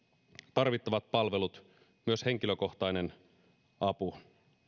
tarvittavat palvelut myös henkilökohtainen apu